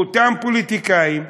מאותם פוליטיקאים,